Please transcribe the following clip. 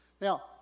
Now